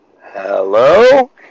Hello